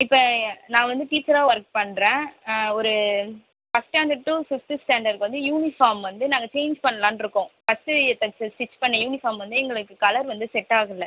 இப்போ நான் வந்து டீச்சராக ஒர்க் பண்ணுறேன் ஒரு ஃபர்ஸ்ட் ஸ்டாண்டர்ட் டூ ஃபிஃப்த்து ஸ்டாண்டர்க்கு வந்து யூனிஃபார்ம் வந்து நாங்கள் சேஞ்ச் பண்ணலாம்னு இருக்கோம் ஃபர்ஸ்ட்டு தைச்ச ஸ்டிச் பண்ணிண யூனிஃபார்ம் வந்து எங்களுக்கு கலர் வந்து செட் ஆகலை